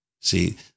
See